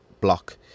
block